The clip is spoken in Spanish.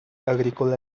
agrícola